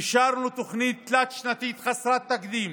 ואישרנו תוכנית תלת-שנתית חסרת תקדים